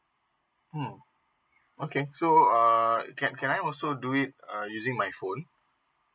oh okay so uh can can I also do it uh using my phone